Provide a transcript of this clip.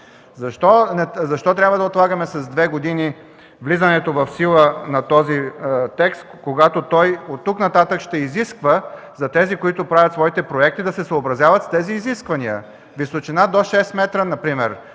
Защо трябва да отлагаме с две години влизането в сила на този текст, когато той оттук нататък ще изисква за тези, които правят своите проекти, да се съобразяват с тези изисквания – височина до 6 метра, например?